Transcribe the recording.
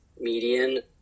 median